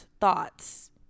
thoughts